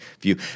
view